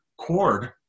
cord